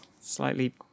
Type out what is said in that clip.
slightly